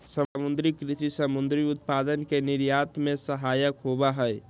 समुद्री कृषि समुद्री उत्पादन के निर्यात में सहायक होबा हई